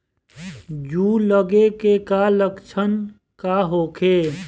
जूं लगे के का लक्षण का होखे?